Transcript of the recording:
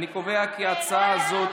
אני קובע כי ההצעה הזאת,